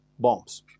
bombs